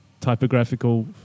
typographical